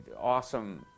awesome